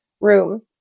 room